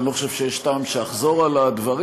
אני לא חושב שיש טעם שאחזור על הדברים,